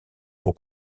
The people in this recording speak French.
pour